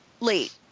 late